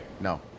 no